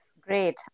Great